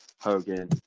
Hogan